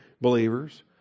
believers